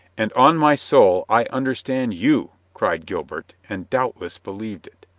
and on my soul i understand you, cried gil bert, and doubtless believed it.